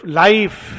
life